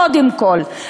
קודם כול.